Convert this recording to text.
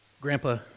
Grandpa